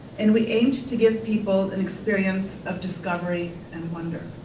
and we aimed to give people an experience of discovery and wonder.